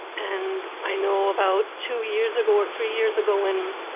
and i know, about two years ago or three years ago, when